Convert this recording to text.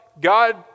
God